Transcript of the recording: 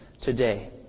today